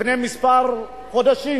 לפני כמה חודשים